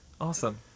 Awesome